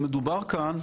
מדובר כאן,